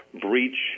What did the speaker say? breach